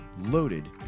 Loaded